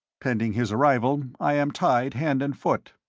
pending his arrival i am tied hand and foot.